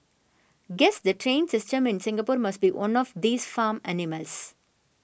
guess the train system in Singapore must be one of these farm animals